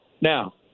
Now